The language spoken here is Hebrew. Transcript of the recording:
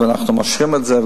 ואנחנו גם מאשרים את זה,